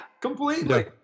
completely